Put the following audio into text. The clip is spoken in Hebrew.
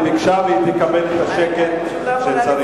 היא ביקשה והיא תקבל את השקט שצריך.